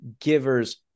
givers